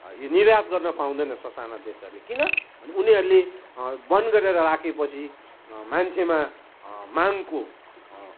यो निर्यात गर्न पाउँदैन ससाना देशहरूले किनभने उनीहरूले बन्द गरेर राखेपछि मान्छेमा मागको